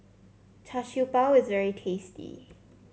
Char Siew Bao is very tasty